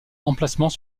emplacement